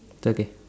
okay